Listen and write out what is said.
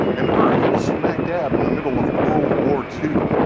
and earth was smack dab in the middle of world war two.